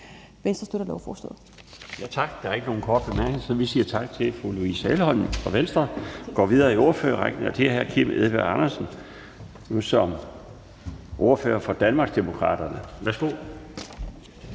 (Bjarne Laustsen): Tak. Der er ikke nogen korte bemærkninger, så vi siger tak til fru Louise Elholm fra Venstre. Vi går videre i ordførerrækken til hr. Kim Edberg Andersen, nu som ordfører for Danmarksdemokraterne. Værsgo.